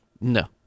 No